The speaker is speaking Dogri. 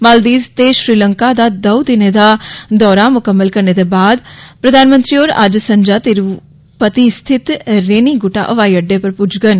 मालदीब्ज़ ते श्रीलंका दा दंऊ दिने दा दौरा म्कम्मल करने दे बाद प्रधानमंत्री होर अज्ज संत्रा तिरुपति स्थित रेनीगूंटा हवाई अड्डे पर पुज्जगंन